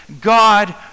God